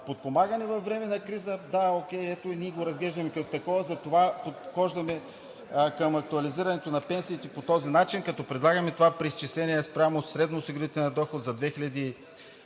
подпомагане във време на криза, да, окей – ето и ние го разглеждаме като такова, затова подхождаме към актуализирането на пенсиите по този начин, като предлагаме това преизчисление спрямо средноосигурителния доход за 2018 г.